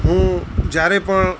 હું જ્યારે પણ